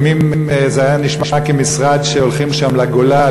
לפעמים זה היה נשמע כמשרד שהולכים שם לגולה,